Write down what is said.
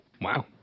Wow